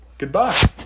Goodbye